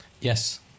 Yes